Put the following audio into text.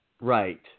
right